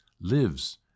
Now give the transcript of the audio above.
lives